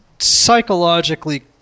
psychologically